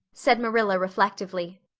said marilla reflectively.